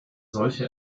solche